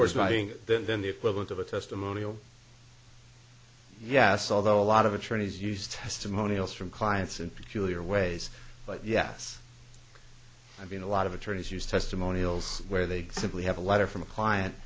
horrifying that then the equivalent of a testimonial yes although a lot of attorneys use testimonials from clients in particular ways but yes i mean a lot of attorneys use testimonials where they simply have a letter from a client